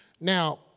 Now